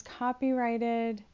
copyrighted